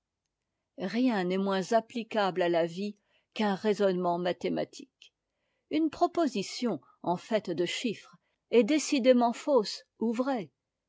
rien n'est moins applicable à la vie qu'un raisonnement mathématique une proposition en iit de chiffres est décidément fausse ou